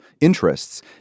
interests